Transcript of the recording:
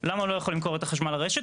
למה הוא לא יכול למכור את החשמל לרשת?